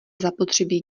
zapotřebí